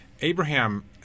Abraham